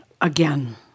again